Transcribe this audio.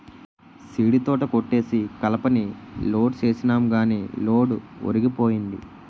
సీడీతోట కొట్టేసి కలపని లోడ్ సేసినాము గాని లోడు ఒరిగిపోయింది